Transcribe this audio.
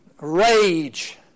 Rage